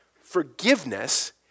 Forgiveness